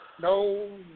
no